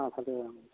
অঁ ভালেই অঁ